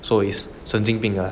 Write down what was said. so is 神经病 ah